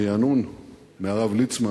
רענון מהרב ליצמן.